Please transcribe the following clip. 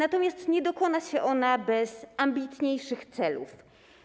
Ale nie dokona się ona bez ambitniejszych celów.